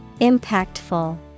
Impactful